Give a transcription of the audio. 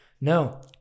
no